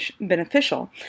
beneficial